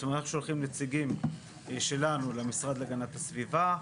זאת אומרת אנחנו שולחים נציגים שלנו למשרד להגנת הסביבה,